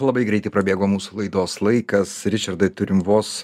labai greitai prabėgo mūsų laidos laikas ričardai turim vos